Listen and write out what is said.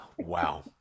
wow